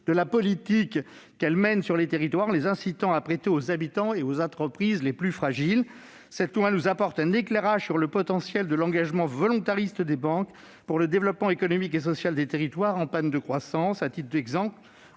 de la politique qu'elles mènent sur les territoires et les incite à prêter aux habitants et aux entreprises les plus fragiles. Elle nous apporte un éclairage sur le potentiel que constitue l'engagement volontariste des banques pour le développement économique et social des territoires en panne de croissance.